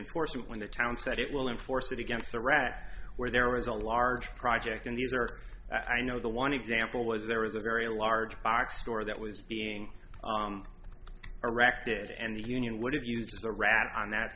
enforcement when the town said it will enforce it against the rat where there was a large project and these are i know the one example was there is a very large box store that was being erected and the union would have used a rat on that